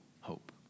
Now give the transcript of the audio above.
hope